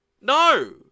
No